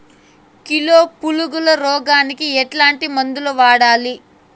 Kilo పులుగుల రోగానికి ఎట్లాంటి మందులు వాడాలి?